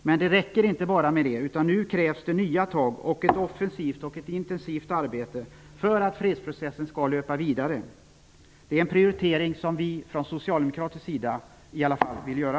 Men det räcker inte med bara detta, utan nu krävs nya tag och ett offensivt och intensivt arbete för att fredsprocessen skall löpa vidare. Det är en prioritering som i alla fall vi socialdemokrater vill göra.